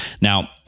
Now